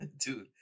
dude